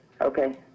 Okay